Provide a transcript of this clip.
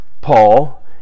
paul